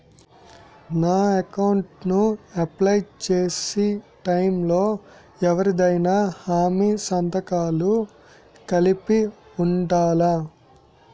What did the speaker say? నా అకౌంట్ ను అప్లై చేసి టైం లో ఎవరిదైనా హామీ సంతకాలు కలిపి ఉండలా?